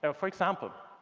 so for example,